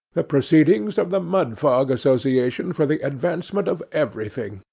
the proceedings of the mudfog association for the advancement of everything,